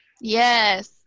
Yes